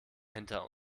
hinter